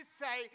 say